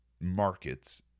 markets